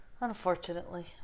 Unfortunately